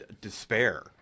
despair –